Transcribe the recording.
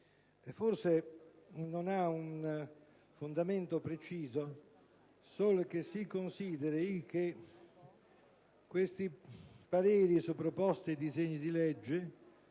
forse non ha un fondamento preciso solo che si consideri che questi pareri su proposte e disegni di legge